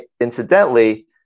incidentally